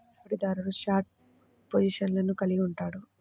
పెట్టుబడిదారుడు షార్ట్ పొజిషన్లను కలిగి ఉంటాడు